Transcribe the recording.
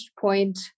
point